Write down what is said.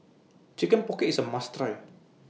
Chicken Pocket IS A must Try